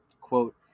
quote